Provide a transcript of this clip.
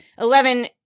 Eleven